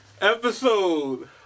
Episode